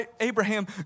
Abraham